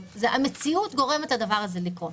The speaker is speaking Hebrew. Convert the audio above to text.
המציאות גורמת לדבר הזה לקרות.